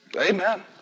amen